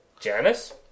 Janice